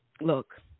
Look